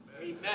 amen